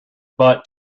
but